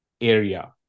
area